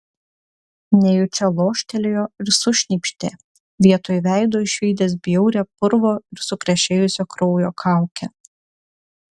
nejučia loštelėjo ir sušnypštė vietoj veido išvydęs bjaurią purvo ir sukrešėjusio kraujo kaukę